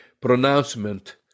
pronouncement